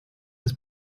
ist